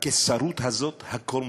בקיסרות הזאת הכול מותר.